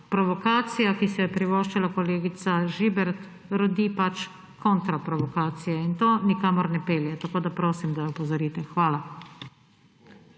Provokacija, ki si je privoščila kolegica Žibert, rodi pač kontraprovokacije. In to nikamor ne pelje. Tako da prosim, da opozorite. Hvala.